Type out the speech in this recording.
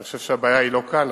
אני חושב שהבעיה היא לא כאן,